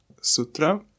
sutra